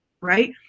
right